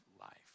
life